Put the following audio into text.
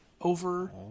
over